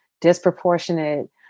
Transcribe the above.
disproportionate